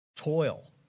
Toil